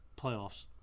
Playoffs